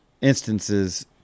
instances